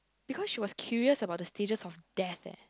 because she was curious about the stages of death uh